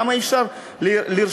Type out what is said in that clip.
למה אי-אפשר לרשום,